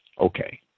Okay